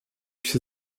się